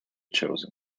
chosen